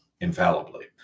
infallibly